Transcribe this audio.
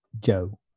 Joe